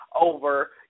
over